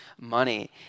money